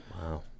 Wow